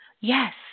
Yes